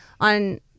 on